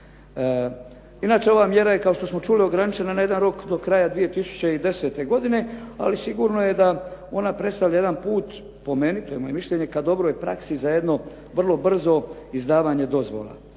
Inače ova mjera kao što smo čuli ograničena na jednu rok do kraja 2010. godine, ali sigurno je da ona predstavlja jedan put po meni, to je moje mišljenje, ka dobroj praksi za jedno brzo izdavanje dozvola.